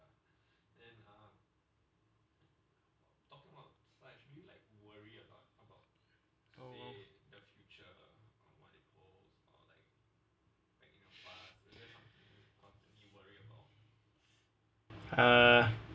ah